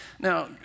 Now